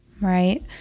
Right